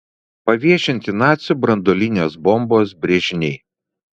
paviešinti nacių branduolinės bombos brėžiniai